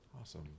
Awesome